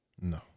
No